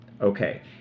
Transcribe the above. Okay